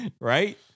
right